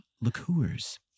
liqueurs